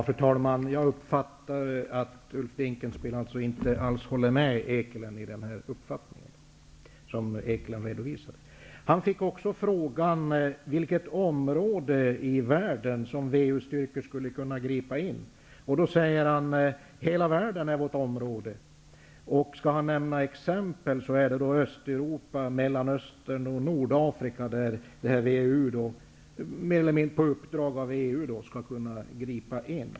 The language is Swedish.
Fru talman! Jag uppfattade det så att Ulf Dinkelspiel inte alls delar Willem van Eekelens uppfattning. van Eekelen fick också frågan i vilket område i världen som WEU:s styrkor skulle kunna gripa in. Då sade han: ''Hela världen är vårt område.'' När han skulle nämna exempel sade han att det är i WEU, mer eller mindre på uppdrag av EU, skulle kunna gripa in.